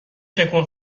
تکون